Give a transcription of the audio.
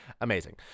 Amazing